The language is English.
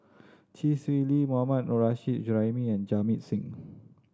Chee Swee Lee Mohammad Nurrasyid Juraimi and Jamit Singh